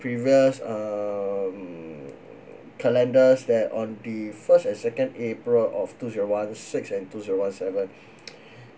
previous um calendars that on the first and second april of two zero one six and two zero one seven